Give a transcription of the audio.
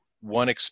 one